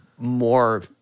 more